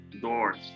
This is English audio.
doors